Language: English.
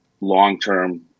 long-term